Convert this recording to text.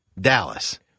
Dallas